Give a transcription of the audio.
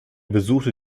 besuchte